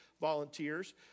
volunteers